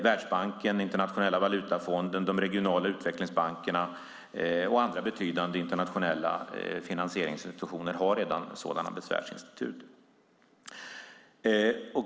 Världsbanken, Internationella valutafonden, de regionala utvecklingsbankerna och andra betydande internationella finansieringsinstitutioner har redan sådana besvärsinstitut.